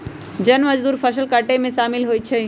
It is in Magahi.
जन मजदुर फ़सल काटेमें कामिल होइ छइ